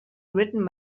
written